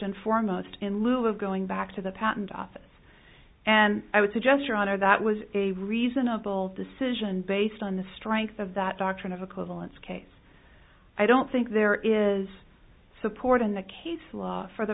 and foremost in lieu of going back to the patent office and i would suggest your honor that was a reasonable decision based on the strength of that doctrine of acquittal its case i don't think there is support in the case law for the